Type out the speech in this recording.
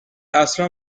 اصلا